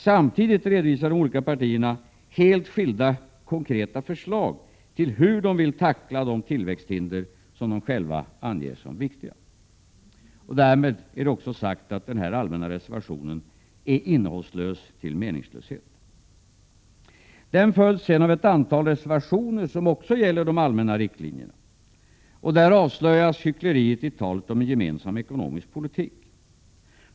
Samtidigt redovisar de olika partierna helt skilda konkreta förslag till hur de vill tackla de tillväxthinder som de själva anger som viktiga. Därmed är det också sagt att denna allmänna reservation är innehållslös till meningslöshet. Denna reservation följs sedan av ett antal resevationer, som också de gäller de allmänna riktlinjerna. Där avslöjas hyckleriet i talet om en gemensam ekonomisk politik.